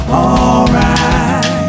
alright